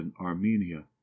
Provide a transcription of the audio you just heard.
armenia